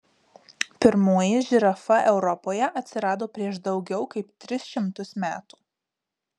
pirmoji žirafa europoje atsirado prieš daugiau kaip tris šimtus metų